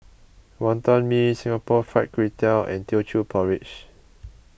Wonton Mee Singapore Fried Kway Tiao and Teochew Porridge